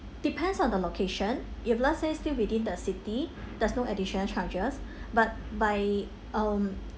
depends on the location if let's say still within the city there's no additional charges but by um